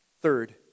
Third